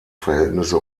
verhältnisse